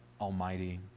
Almighty